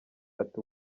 ati